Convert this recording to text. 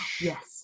Yes